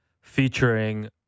featuring